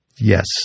Yes